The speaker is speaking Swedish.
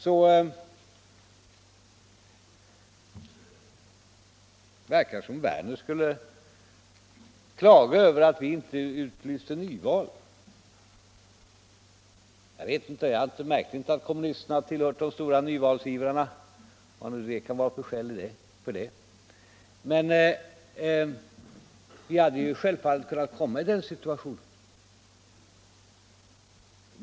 Det verkar som om herr Werner skulle klaga över att vi inte har utlyst ett nyval. Jag har inte märkt att kommunisterna har tillhört de stora nyvalsivrarna, vad de nu kan ha för skäl till det. Vi hade självfallet kunnat hamna i den situationen.